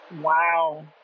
wow